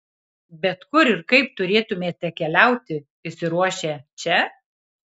bet kur ir kaip turėtumėte keliauti išsiruošę čia